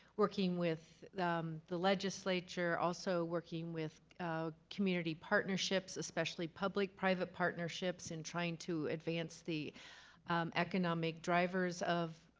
working with the legislature. also working with community partnerships, especially public private partnerships in trying to advance the economic drivers of,